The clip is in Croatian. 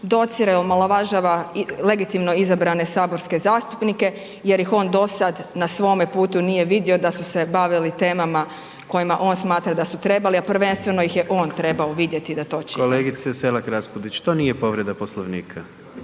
docira i omalovažava legitimno izabrane saborske zastupnike jer ih on dosad na svome putu nije vidio da su se bavili temama kojima on smatra da su trebali, a prvenstveno ih je on trebao vidjeti da to čine. **Jandroković, Gordan (HDZ)** Kolegice Selak Raspudić, to nije povreda Poslovnika.